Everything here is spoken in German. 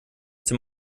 dem